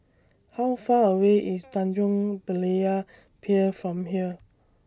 How Far away IS Tanjong Berlayer Pier from here